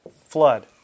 Flood